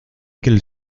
qu’elle